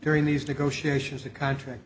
during these negotiations the contract